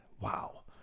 wow